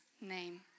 name